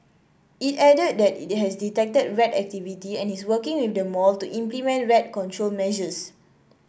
it added that it has detected rat activity and is working with the mall to implement rat control measures